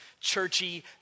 churchy